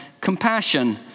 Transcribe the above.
compassion